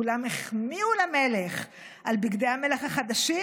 כולם החמיאו למלך על בגדי המלך החדשים,